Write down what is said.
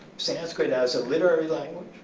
sanskrit as a literary language,